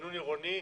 בגינון עירוני,